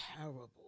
Terrible